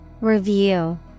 Review